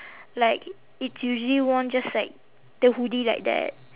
like it's usually worn just like the hoodie like that